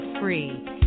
free